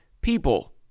people